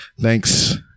Thanks